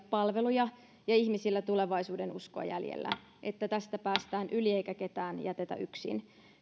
palveluja ja ihmisillä tulevaisuudenuskoa jäljellä että tästä päästään yli eikä ketään jätetä yksin